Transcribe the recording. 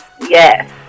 yes